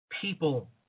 people